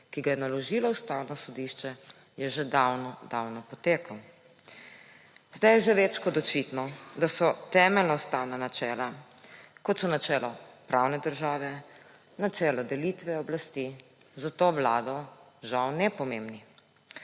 ki ga je naložilo Ustavno sodišče, je že davno potekel. Zdaj je že več kot očitno, da so temeljna ustavna načela, kot so načelo pravne države, načelo delitve oblasti, za to vlado žal nepomembni.